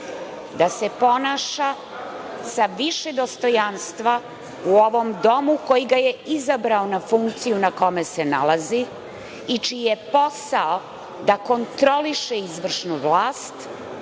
da se ponaša sa više dostojanstva u ovom domu koji ga je izabrao na funkciju na kojoj se nalazi i čiji je posao da kontroliše izvršnu vlast